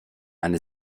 eine